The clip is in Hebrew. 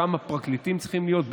כמה פרקליטים צריכים להיות,